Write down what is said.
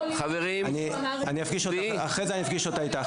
אם מישהו אמר --- אחרי זה אפגיש אותה איתך.